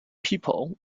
people